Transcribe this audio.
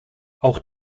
auch